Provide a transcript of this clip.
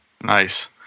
Nice